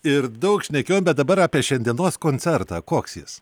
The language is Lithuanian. ir daug šnekėjau bet dabar apie šiandienos koncertą koks jis